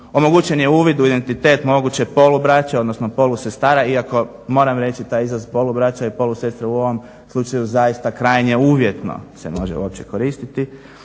omogućen je uvid u identitet moguće polubraće, odnosno polusestara iako moram reći taj izraz polubraća i polusestre u ovom slučaju zaista krajnje uvjetno se može uopće koristiti.